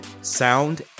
sound